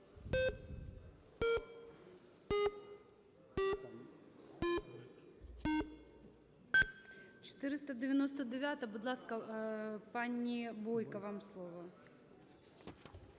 499-а. Будь ласка, пані Бойко, вам слово.